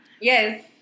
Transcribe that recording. Yes